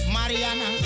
Mariana